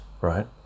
right